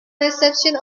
reception